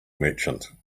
merchant